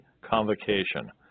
convocation